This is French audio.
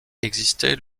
existait